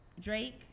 Drake